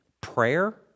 Prayer